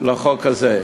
לחוק הזה.